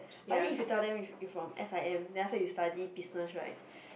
but then if you tell them you you from s_i_m then after that you study business right